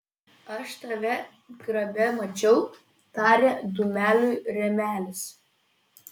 aš tave grabe mačiau tarė dūmeliui rėmelis